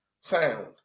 sound